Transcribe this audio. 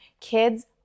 kids